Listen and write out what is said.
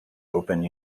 open